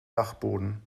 dachboden